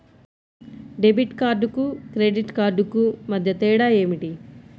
Debit కార్డుకు credit కార్డుకు మధ్య తేడా ఏమిటీ?